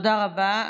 תודה רבה.